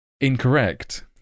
Incorrect